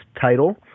title